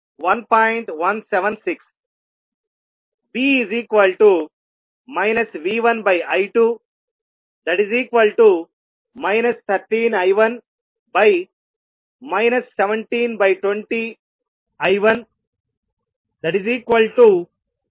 176B V1I2 13I1 1720I115